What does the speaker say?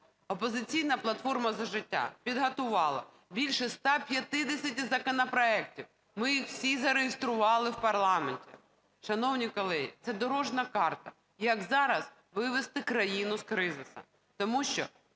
"Опозиційна платформа – За життя" підготувала більше 150 законопроектів. Ми їх всі зареєстрували в парламенті. Шановні колеги, це дорожня карта, як зараз вивести країну з кризи.